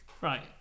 Right